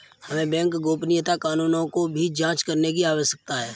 हमें बैंक गोपनीयता कानूनों की भी जांच करने की आवश्यकता है